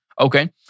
okay